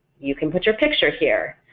you can put your picture here,